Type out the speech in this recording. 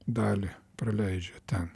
dalį praleidžia ten